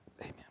Amen